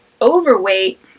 overweight